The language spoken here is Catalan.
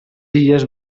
illes